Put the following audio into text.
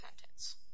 sentence